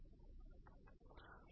E